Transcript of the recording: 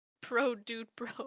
Pro-dude-bro